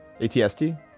ATST